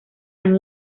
han